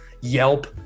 Yelp